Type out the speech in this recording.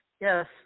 Yes